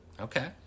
Okay